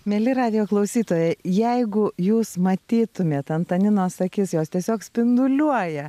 mieli radijo klausytojai jeigu jūs matytumėt antaninos akis jos tiesiog spinduliuoja